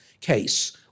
case